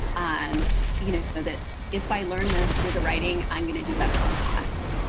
um you know that if i learn this through the writing, i'm going to do better on the test.